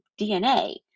DNA